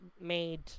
made